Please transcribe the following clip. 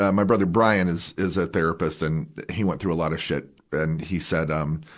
ah my brother, brian, is, is a therapist and he went through a lot of shit. and he said, um,